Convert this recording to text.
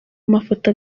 mafoto